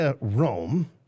Rome